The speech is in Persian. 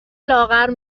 لاغر